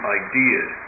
ideas